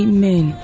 Amen